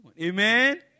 Amen